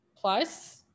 plus